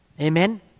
Amen